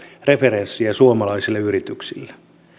referenssiä suomalaisille yrityksille